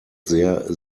sehr